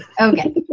Okay